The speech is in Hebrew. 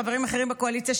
חברים אחרים בקואליציה,